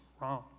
wrong